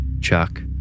Chuck